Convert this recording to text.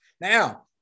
Now